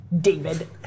David